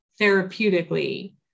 therapeutically